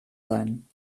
sein